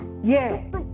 yes